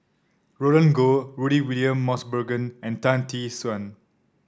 Roland Goh Rudy William Mosbergen and Tan Tee Suan